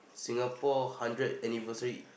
Singapore hundred anniversary